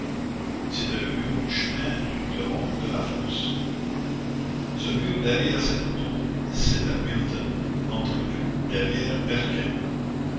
c'était le mur du chemin de ronde de la force ce mur derrière cette rotonde c'était milton entrevu derrière berquin